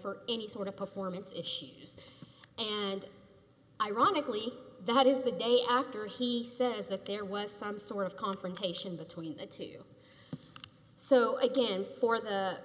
for any sort of performance issues and ironically that is the day after he says that there was some sort of confrontation between the two so again for the